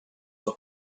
for